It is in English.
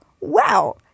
wow